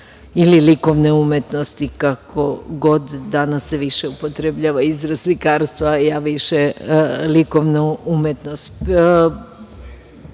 ili likovne umetnosti, kako god. Danas se više upotrebljava izraz slikarstvo, a ja više likovnu umetnost. Spomenuli